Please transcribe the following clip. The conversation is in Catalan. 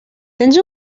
tens